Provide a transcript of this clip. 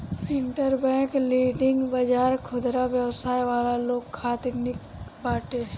interbank lending बाजार खुदरा व्यवसाय वाला लोग खातिर निक बाटे